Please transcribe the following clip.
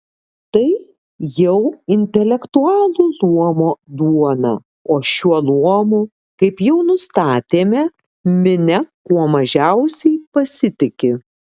tai jau intelektualų luomo duona o šiuo luomu kaip jau nustatėme minia kuo mažiausiai pasitiki